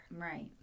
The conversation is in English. Right